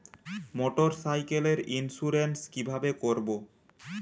মোটরসাইকেলের ইন্সুরেন্স কিভাবে করব?